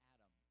Adam